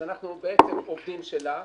אז אנחנו עובדים שלה.